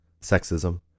sexism